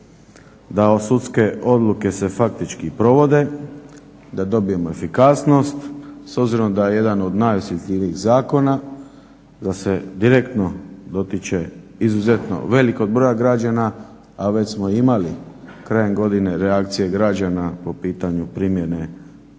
da sudske odluke se faktički provode, da dobijemo efikasnost s obzirom da je jedan od najosjetljivijih zakona da se direktno dotiče izuzetno velikog broja građana, a već smo imali krajem godine reakcije građana po pitanju primjene